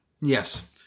Yes